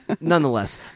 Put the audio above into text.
nonetheless